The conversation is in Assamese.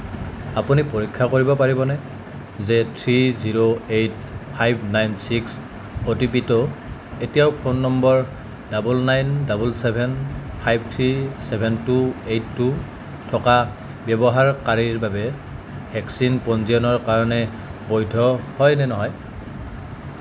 আপুনি পৰীক্ষা কৰিব পাৰিবনে যে three zero eight five nine six অ'টিপিটো এতিয়াও phone number double nine double seven five three two seven two eight two থকা ব্যৱহাৰকাৰীৰ বাবে ভেকচিন পঞ্জীয়নৰ কাৰণে বৈধ হয় নে নহয়